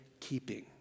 keeping